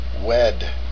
wed